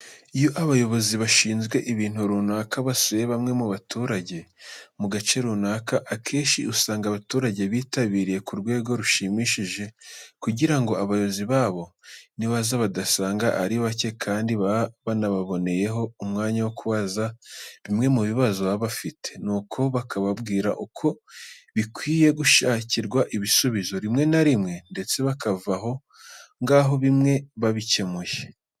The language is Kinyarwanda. Iyo abayobozi bashinzwe ibintu runaka basuye bamwe mu baturage mu gace runaka, akenshi usanga abaturage bitabiriye ku rwego rushimishije kugira ngo abayobozi babo nibaza badasanga ari bake kandi baba banaboneyeho umwanya wo kubaza bimwe mu bibazo baba bafite, nuko bakababwira uko bikwiye gushakirwa ibisubizo. Rimwe na rimwe ndetse bakava aho ngaho hari bimwe bakemuye.